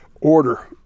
order